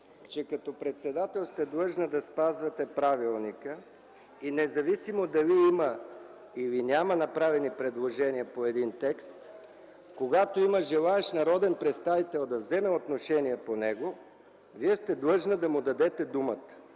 че като председател сте длъжна да спазвате правилника и независимо дали има или няма направени предложения по един текст, когато има желаещ народен представител да вземе отношение по него, Вие сте длъжна да му дадете думата.